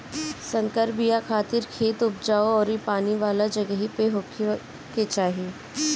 संकर बिया खातिर खेत उपजाऊ अउरी पानी वाला जगही पे होखे के चाही